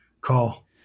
Call